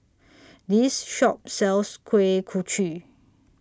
This Shop sells Kuih Kochi